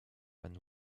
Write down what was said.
than